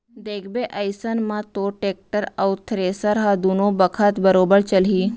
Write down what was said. देखबे अइसन म तोर टेक्टर अउ थेरेसर ह दुनों बखत बरोबर चलही